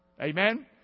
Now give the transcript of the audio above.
Amen